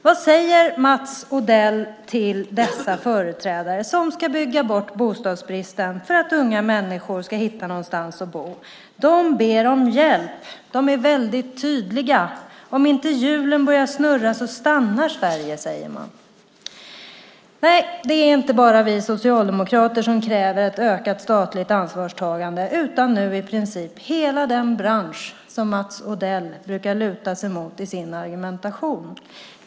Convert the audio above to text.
Vad säger Mats Odell till dessa företrädare som ska bygga bort bostadsbristen för att unga människor ska hitta någonstans att bo? De ber om hjälp. De är väldigt tydliga. Om inte hjulen börjar snurra stannar Sverige, säger man. Nej, det är inte bara vi socialdemokrater som kräver ett ökat statligt ansvarstagande utan i princip hela den bransch som Mats Odell brukar luta sig mot i sin argumentation.